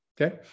Okay